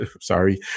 Sorry